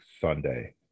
Sunday